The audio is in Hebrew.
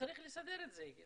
צריך לסדר את זה.